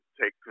take